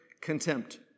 contempt